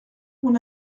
mon